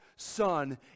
Son